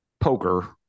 poker